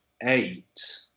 eight